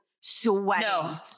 sweating